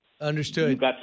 Understood